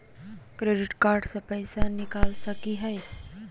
Credit card से पैसा निकल सकी हय?